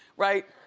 right?